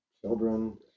children